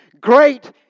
Great